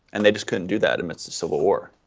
and they just couldn't do that amidst a civil war.